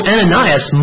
Ananias